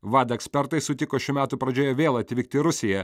vada ekspertai sutiko šių metų pradžioje vėl atvykti rusiją